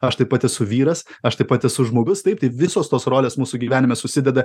aš taip pat esu vyras aš taip pat esu žmogus taip tai visos tos rolės mūsų gyvenime susideda